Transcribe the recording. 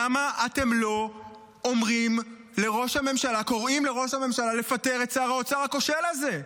למה אתם לא קוראים לראש הממשלה לפטר את שר האוצר הכושל הזה,